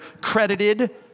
credited